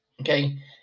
okay